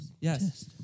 Yes